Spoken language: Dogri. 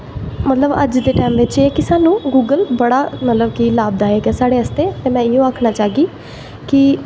मतलब अज्ज दे टैम बिच सानूं गूगल बड़ा मतलब कि लाभदायक ऐ साढ़े आस्तै ते में इ'यै आखना चाह्गी कि